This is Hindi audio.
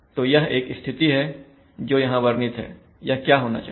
तो यह एक स्थिति है जो यहां वर्णित है यह क्या होना चाहिए